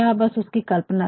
बस यह उसकी कल्पना थी